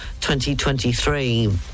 2023